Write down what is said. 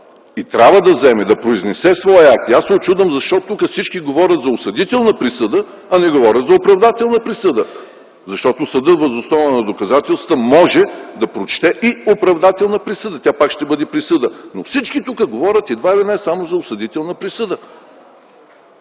и трябва да произнесе своя акт, аз се учудвам защо всички тук говорят за осъдителна присъда, а не говорят за оправдателна присъда. Защото съдът, въз основа на доказателствата, може да прочете и оправдателна присъда. Тя пак ще бъде присъда. Но всички тук говорят едва ли не само за осъдителна присъда.